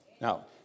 Now